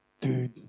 dude